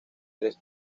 tres